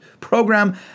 program